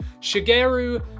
Shigeru